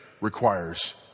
requires